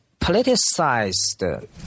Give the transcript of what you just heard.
politicized